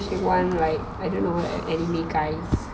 she want like I don't know anime kind